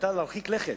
להרחיק לכת.